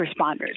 responders